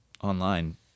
online